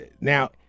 now